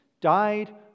died